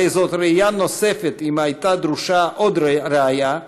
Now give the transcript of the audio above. הרי זו ראיה נוספת, אם הייתה דרושה עוד ראיה,